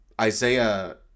Isaiah